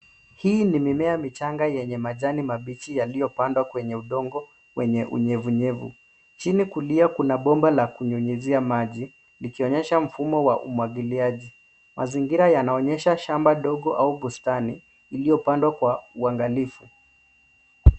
Hii ni mimea michanga yaliyo na majani mabichi yaliyopandwa kwenye udongo wenye unyevunyevu. Chini kulia kuna bomba la kunyunyuzia maji, likionyesha mfumo wa umwagiliaji. Mazingira yanaonyesha shamba dogo au bustani iliyopandwa kwa uangalifu.